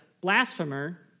blasphemer